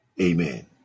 Amen